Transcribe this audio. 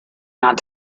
not